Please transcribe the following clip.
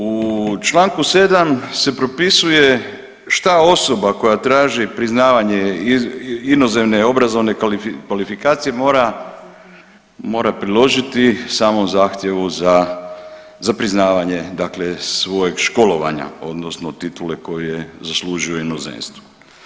U članku 7. se propisuje šta osoba koja traži priznavanje inozemne obrazovne kvalifikacije mora priložiti samom zahtjevu za priznavanje, dakle svojeg školovanja odnosno titule koju zaslužuje u inozemstvu.